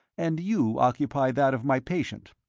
and you occupy that of my patient.